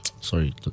sorry